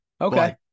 Okay